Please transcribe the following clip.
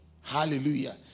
Hallelujah